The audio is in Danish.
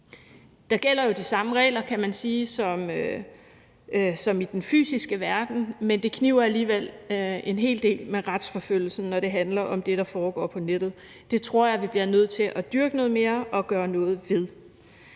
Der gælder jo de samme regler, kan man sige, som i den fysiske verden, men det kniber alligevel en hel del med retsforfølgelsen, når det handler om det, der foregår på nettet. Det tror jeg vi bliver nødt til at dyrke noget mere og gøre noget ved.